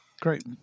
Great